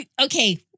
okay